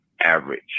average